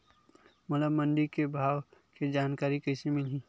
मोला मंडी के भाव के जानकारी कइसे मिलही?